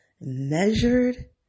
measured